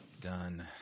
Done